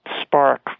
spark